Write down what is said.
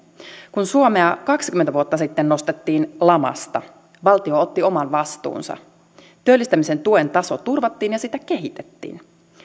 kun suomea kaksikymmentä vuotta sitten nostettiin lamasta valtio otti oman vastuunsa työllistämisen tuen taso turvattiin ja sitä kehitettiin